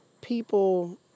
people